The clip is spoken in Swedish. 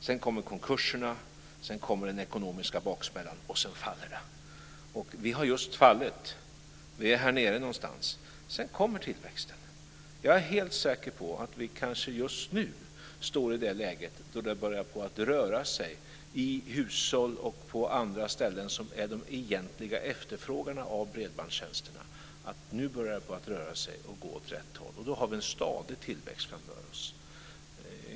Sedan kommer konkurserna, sedan den ekonomiska baksmällan och sedan faller det. Vi har just fallit, vi är där nere, men sedan kommer tillväxten. Jag är helt säker på att vi just nu står i det läge då det börjar att röra sig i hushåll och hos andra som är de egentliga efterfrågarna av bredbandstjänsterna. Nu börjar det gå åt rätt håll. Då har vi en stadig tillväxt framför oss.